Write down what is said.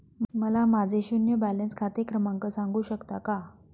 मला माझे शून्य बॅलन्स खाते क्रमांक सांगू शकता का?